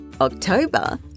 October